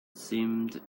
seemed